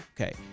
Okay